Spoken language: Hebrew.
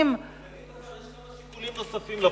יש כמה שיקולים נוספים לפוסט-דוקטורט.